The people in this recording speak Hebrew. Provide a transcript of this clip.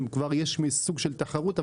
כבר יש סוג של תחרות,